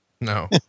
No